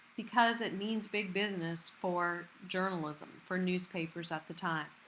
because it means big business for journalism, for newspapers at the time.